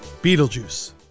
Beetlejuice